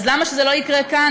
אז למה שזה לא יקרה כאן,